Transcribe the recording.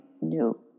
new